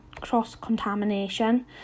cross-contamination